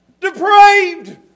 depraved